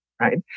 right